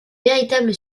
véritable